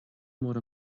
mór